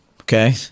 okay